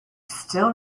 still